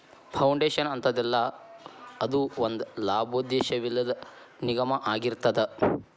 foundation ಅಂತದಲ್ಲಾ, ಅದು ಒಂದ ಲಾಭೋದ್ದೇಶವಿಲ್ಲದ್ ನಿಗಮಾಅಗಿರ್ತದ